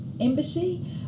Embassy